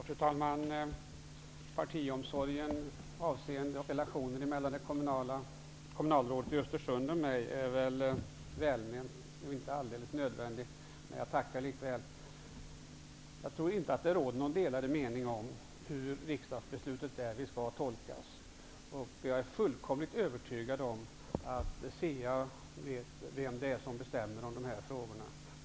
Fru talman! Omsorgen om relationerna mellan kommunalrådet i Östersund och mig är välment men inte alldeles nödvändigt. Jag tackar likväl. Jag tror inte att det råder några delade meningar om hur riksdagens beslut skall tolkas. Jag är fullkomligt övertygad om att CA vet vem det är som bestämmer i dessa frågor.